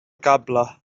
cable